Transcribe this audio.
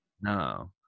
No